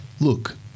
Look